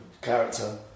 character